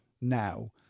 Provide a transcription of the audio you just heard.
now